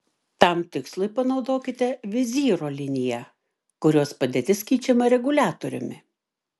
tam tikslui panaudokite vizyro liniją kurios padėtis keičiama reguliatoriumi